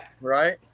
right